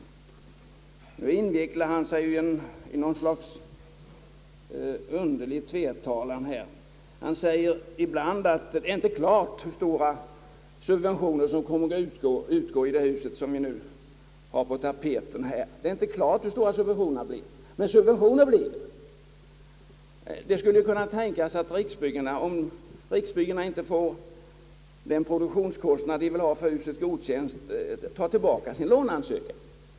I stället invecklar han sig i något slags underlig tvetalan. Ibland säger han att det inte är klart hur stora subventioner som kommer att utgå i det hus som nu är på tapeten här. Det är inte klart hur stora subventionerna blir, men subventioner blir det, säger han. Men det skulle kunna tänkas att Riksbyggen, om de inte får den produktionskostnad de vill ha godkänd för huset, tar tillbaka sin låneansökan.